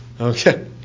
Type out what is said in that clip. Okay